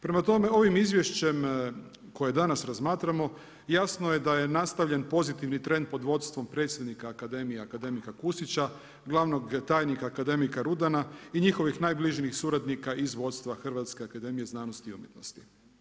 Prema tome ovim izvješćem koje danas razmatramo jasno je da je nastavljen pozitivni trend pod vodstvom predsjednika Akademije akademika Kusića, glavnog tajnika akademika Rudana i njihovih najbližih suradnika iz vodstva Hrvatske akademije znanosti i umjetnosti.